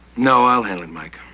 no. i'll handle it, mike.